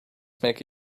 make